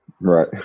Right